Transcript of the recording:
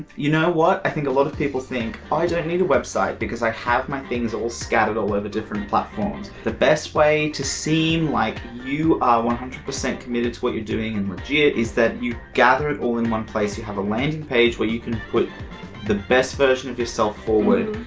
you know what? i think a lot of people think, i don't need a website because i have my things all scattered all over different platforms. the best way to seem like you are one hundred percent committed to what you're doing and legit is that you gather it all in one place, you have a landing page where you can put the best version of yourself forward,